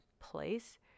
place